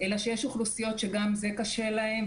אלא שיש אוכלוסיות שגם זה קשה להן,